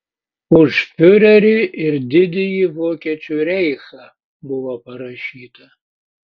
už fiurerį ir didįjį vokiečių reichą buvo parašyta